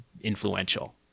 influential